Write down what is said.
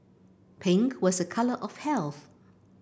pink was a colour of health